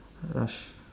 rushed